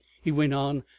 he went on,